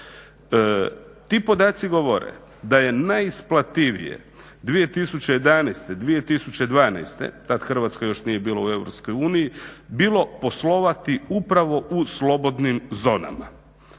Ti podaci govore da je najisplativije 2011., 2012.tada Hrvatska još nije bila u EU bilo poslovati upravo u slobodnim zonama,